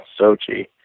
Sochi